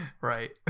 right